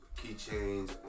Keychains